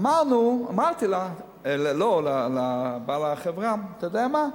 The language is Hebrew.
אמרתי לבעל החברה: אתה יודע מה,